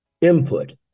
Input